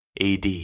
AD